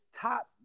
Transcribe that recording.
top